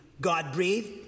God-breathed